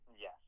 Yes